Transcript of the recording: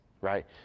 right